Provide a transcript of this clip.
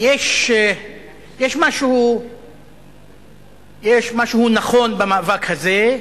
יש משהו נכון במאבק הזה,